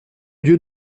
lieu